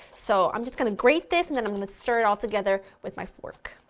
so i'm just going to grate this and then i'm going to stir it all together with my fork.